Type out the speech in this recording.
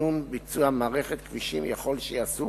תכנון וביצוע מערכת כבישים יכול שייעשו